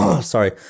sorry